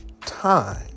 time